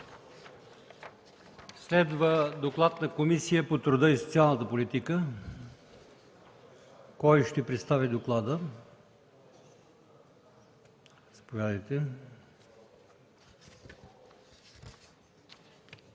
Следва доклад на Комисията по труда и социалната политика. Кой ще представи доклада? Заповядайте.